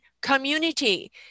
community